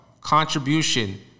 contribution